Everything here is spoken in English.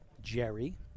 Jerry